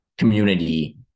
community